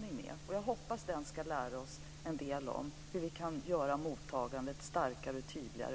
med det, och jag hoppas att den ska lära oss en del om hur vi kan göra mottagandet starkare och tydligare.